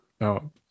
no